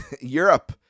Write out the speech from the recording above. Europe